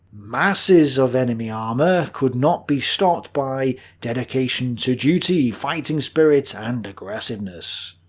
masses of enemy armor could not be stopped by dedication to duty, fighting spirit and aggressiveness.